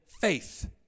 faith